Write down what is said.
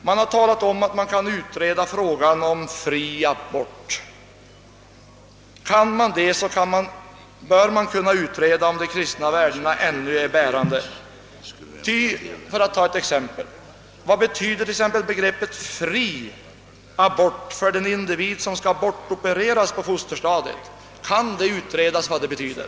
Man har talat om satt man kan utreda frågan om fri abort. Kan man göra det bör man också kunna utreda om de kristna värdena ännu är bärande. Ty, för att ta ett exempel, vad betyder t.ex. begreppet »fri abort» för den individ som skall bortopereras på fosterstadiet? Kan man utreda vad detta betyder?